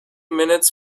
minutes